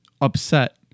upset